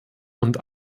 und